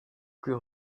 plus